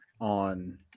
on